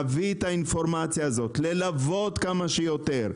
להביא את האינפורמציה הזאת, ללוות כמה שיותר.